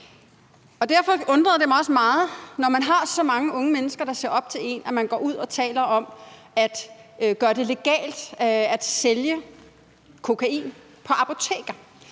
Derfor undrer det mig også meget, at man, når man har så mange unge mennesker, der ser op til en, går ud og taler om at gøre det legalt at sælge kokain på apoteker